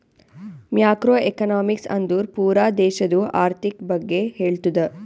macro economics ಅಂದುರ್ ಪೂರಾ ದೇಶದು ಆರ್ಥಿಕ್ ಬಗ್ಗೆ ಹೇಳ್ತುದ